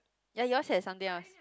ya yours has something else